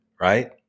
right